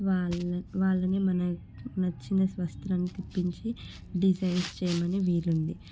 వాళ్ళని వాళ్ళని మనకి నచ్చిన స్వస్థలంకి ఇప్పించి డిసైడ్ చేయమనే వీలుంది